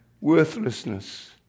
worthlessness